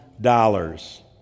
dollars